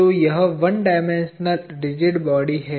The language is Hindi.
तो यह 1 डायमेंशनल रिजिड बॉडी है